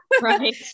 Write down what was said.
Right